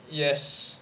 yes